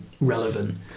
relevant